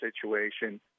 situation